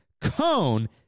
Cone